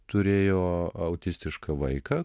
turėjo autistišką vaiką